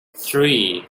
three